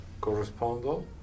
correspondent